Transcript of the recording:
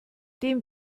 dem